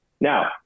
Now